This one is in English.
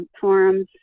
forums